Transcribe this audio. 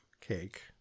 Cake